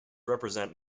represent